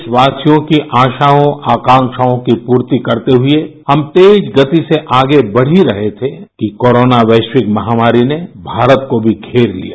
देशवासियों की आराओं आकाँकाओं की पूर्ति करते हुए हम तेज गति से आगे बढ़ ही रहे थे कि कोरोना वैसिक महामारी ने भारत को नी घेर लिया